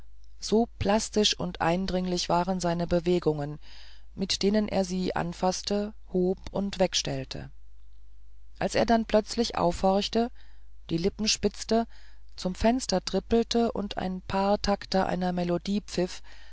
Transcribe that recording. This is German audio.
so plastisch und eindringlich waren seine bewegungen mit denen er sie anfaßte hob und wegstellte als er dann plötzlich aufhorchte die lippen spitzte zum fenster trippelte und ein paar takte einer melodie pfiff